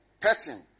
person